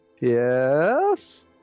Yes